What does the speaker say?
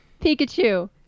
Pikachu